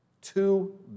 Two